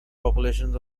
populations